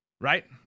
right